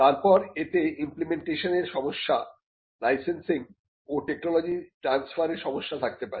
এরপর এতে ইম্প্লেমেন্টেশন এর সমস্যা লাইসেন্সিং ও টেকনোলজি ট্রানস্ফার সমস্যা থাকতে পারে